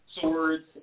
swords